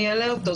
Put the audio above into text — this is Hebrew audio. אני אעלה אותו.